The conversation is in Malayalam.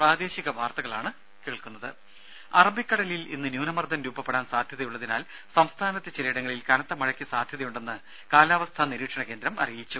രംഭ അറബിക്കടലിൽ ഇന്ന് ന്യൂനമർദ്ദം രൂപപ്പെടാൻ സാധ്യതയുള്ളതിനാൽ സംസ്ഥാനത്ത് ചിലയിടങ്ങളിൽ കനത്ത മഴയ്ക്ക് സാധ്യതയുണ്ടെന്ന് കാലാവസ്ഥാ നിരീക്ഷണ കേന്ദ്രം അറിയിച്ചു